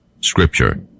Scripture